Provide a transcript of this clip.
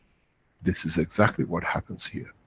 this is exactly what happens here.